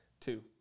Two